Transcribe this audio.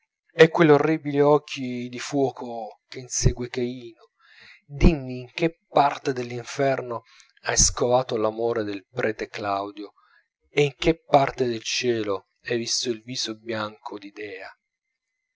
kanut e quell'orribile occhio di fuoco che insegue caino dimmi in che parte dell'inferno hai scovato l'amore del prete claudio e in che parte del cielo hai visto il viso bianco